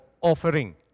offering